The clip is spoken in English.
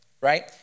right